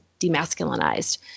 demasculinized